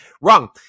Wrong